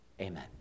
amen